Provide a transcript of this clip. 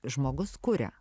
žmogus kuria